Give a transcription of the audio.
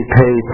pay